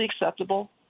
acceptable